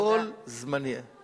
הכול זמני, תודה.